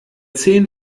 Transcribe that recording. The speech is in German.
zehn